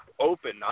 open